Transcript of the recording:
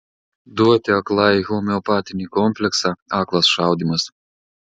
duoti aklai homeopatinį kompleksą aklas šaudymas